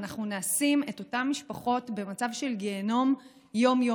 אנחנו נשים את אותן משפחות במצב של גיהינום יום-יומי.